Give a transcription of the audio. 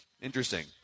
Interesting